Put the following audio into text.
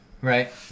right